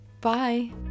bye